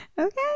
Okay